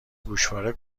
گوشواره